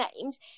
names